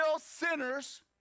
sinners